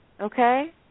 Okay